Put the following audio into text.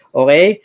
okay